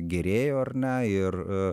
gerėjo ar ne ir